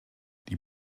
die